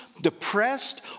depressed